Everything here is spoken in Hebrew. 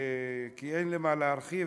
כי אין לי מה להרחיב,